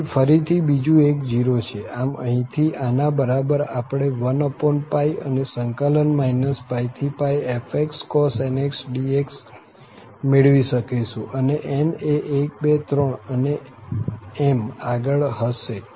આથી ફરી થી બીજુ એક 0 છે આમ અહીં થી આના બરાબર આપણે 1 અને સંકલન -π થી π fxcos nx dx મેળવી શકીશું અને n એ 1 2 3 અને એમ આગળ હશે